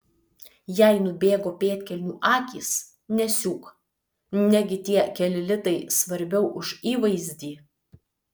jei nubėgo pėdkelnių akys nesiūk negi tie keli litai svarbiau už įvaizdį